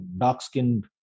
dark-skinned